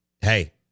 hey